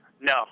No